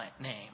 name